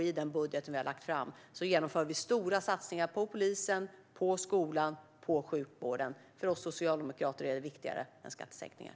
I den budget som vi har lagt fram genomför vi stora satsningar på polisen, skolan och sjukvården. För oss socialdemokrater är det viktigare än skattesänkningar.